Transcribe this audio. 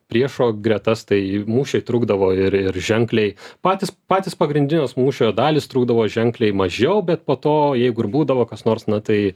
priešo gretas tai mūšiai trukdavo ir ir ženkliai patys patys pagrindinės mūšio dalys trukdavo ženkliai mažiau bet po to jeigu ir būdavo kas nors na tai